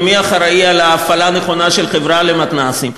ומי אחראי להפעלה הנכונה של החברה למתנ"סים.